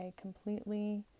completely